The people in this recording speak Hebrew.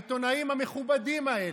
העיתונאים ה"מכובדים" האלה.